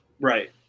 Right